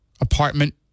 apartment